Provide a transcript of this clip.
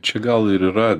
čia gal ir yra